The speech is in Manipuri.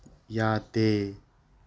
ꯌꯥꯗꯦ